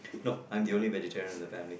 no I'm the only vegetarian in the family